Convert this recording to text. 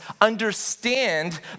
understand